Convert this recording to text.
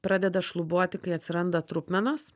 pradeda šlubuoti kai atsiranda trupmenos